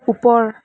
ওপৰ